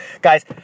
guys